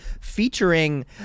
Featuring